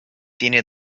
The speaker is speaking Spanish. tiene